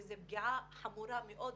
וזו פגיעה חמורה מאוד,